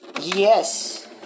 Yes